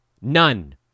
None